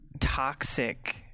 toxic